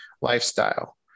lifestyle